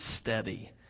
steady